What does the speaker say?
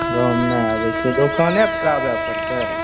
गाँवमे नहि आबैत छियै दोकाने पर आबै पड़तै